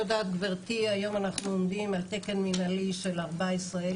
גברתי, היום אנחנו עומדים על תקן מנהלי של 14,000